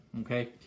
okay